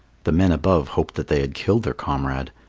the men above hoped that they had killed their comrade.